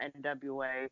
NWA